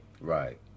Right